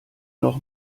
noch